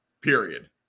Period